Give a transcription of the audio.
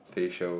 facial